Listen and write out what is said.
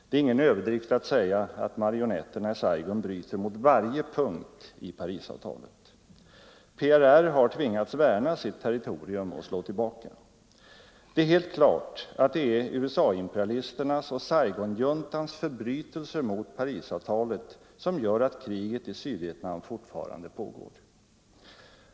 Det är ingen överdrift att säga att marionetterna i Saigon bryter mot varje punkt i Parisavtalet. PRR har tvingats värna sitt territorium och slå tillbaka. Det är helt klart att det är USA-imperialisternas och Saigonjuntans förbrytelser mot Parisavtalet som gör att kriget i Sydvietnam fortfarande pågår.